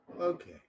Okay